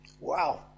Wow